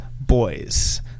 Boys